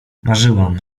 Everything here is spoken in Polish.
marzyłam